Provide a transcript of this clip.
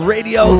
Radio